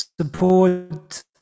Support